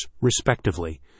respectively